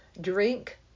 drink